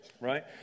right